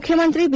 ಮುಖ್ಯಮಂತ್ರಿ ಬಿ